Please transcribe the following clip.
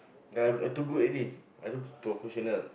ya I too good already I look professional